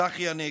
צחי הנגבי.